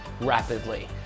rapidly